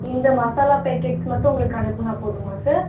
இந்த மசாலா பேக்கெட்க்கு மட்டும் உங்களுக்கு அனுப்புனால் போதுமா சார்